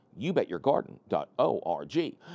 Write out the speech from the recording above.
youbetyourgarden.org